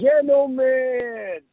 gentlemen